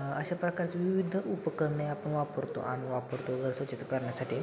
अशा प्रकारचे विविध उपकरणे आपण वापरतो आम्ही वापरतो स्वच्छता करण्यासाठी